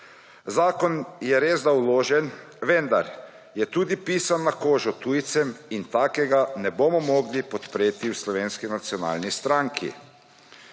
Zakon je resda vložen, vendar je tudi pisan na kožo tujcem, in takega ne bomo mogli podpreti v Slovenski nacionalni stranki.